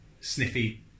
sniffy